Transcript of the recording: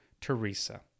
Teresa